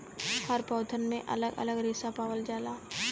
हर पौधन में अलग अलग रेसा पावल जाला